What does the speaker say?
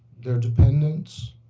their dependents,